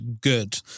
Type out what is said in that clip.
good